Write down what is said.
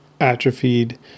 atrophied